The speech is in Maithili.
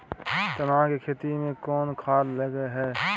चना के खेती में कोन खाद लगे हैं?